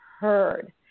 heard